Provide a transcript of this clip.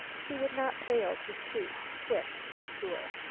she would not fail to shoot quick and sure.